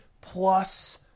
plus